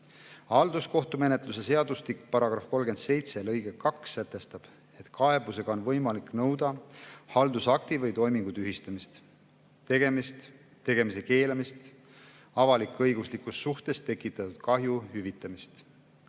Halduskohtumenetluse seadustiku § 37 lõige 2 sätestab, et kaebusega on võimalik nõuda haldusakti või toimingu tühistamist, tegemist, tegemise keelamist, avalik-õiguslikus suhtes tekitatud kahju hüvitamist,